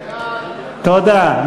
תודה.